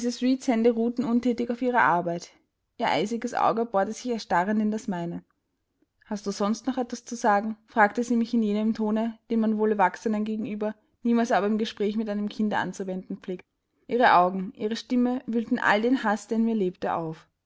ruhten unthätig auf ihrer arbeit ihr eisiges auge bohrte sich erstarrend in das meine hast du sonst noch etwas zu sagen fragte sie mich in jenem tone den man wohl erwachsenen gegenüber niemals aber im gespräch mit einem kinde anzuwenden pflegt ihre augen ihre stimme wühlten all den haß der in mir lebte auf